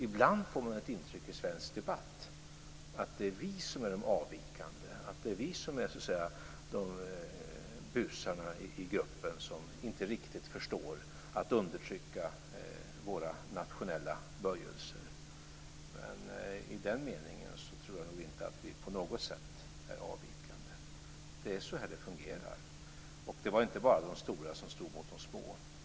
Ibland får man intrycket i svensk debatt att det är vi som är de avvikande, att det är vi som är busarna i gruppen som inte riktigt förstår att undertrycka våra nationella böjelser. Men i den meningen tror jag nog inte att vi på något sätt är avvikande. Det är så här det fungerar. Det var inte bara de stora som stod mot de små.